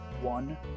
one